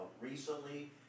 Recently